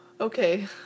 Okay